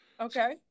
okay